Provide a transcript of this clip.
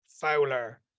Fowler